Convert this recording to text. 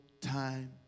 time